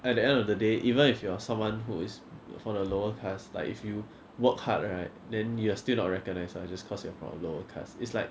at the end of the day even if you're someone who is from the lower caste like if you work hard right then you are still not recognised are just because you are a lower caste it's like